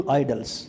idols